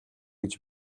гэж